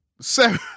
Seven